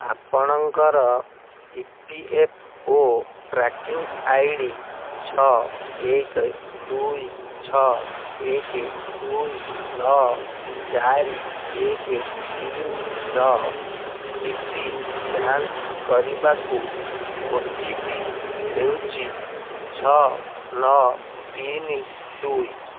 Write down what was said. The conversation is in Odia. ଆପଣଙ୍କର E P F O tracking I D ଛଅ ଏକ ଦୁଇ ଛଅ ଏକ ଦୁଇ ନଅ ଚାରି ଏକ ତିନିର ସ୍ଥିତି ଯାଞ୍ଚ କରିବାକୁ ଓ ଟି ପି ହେଉଛି ଛଅ ନଅ ତିନି ଦୁଇ